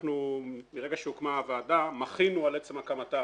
מרגע שהוקמה הוועדה מחינו על עצם הקמתה